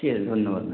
ঠিক আছে ধন্যবাদ